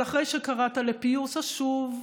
אבל אחרי שקראת לפיוס אז שוב,